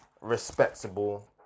respectable